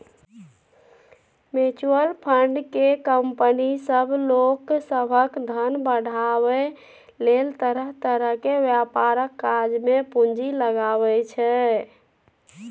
mutual fund केँ company सब लोक सभक धन बढ़ाबै लेल तरह तरह के व्यापारक काज मे पूंजी लगाबै छै